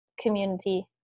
community